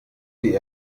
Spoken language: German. die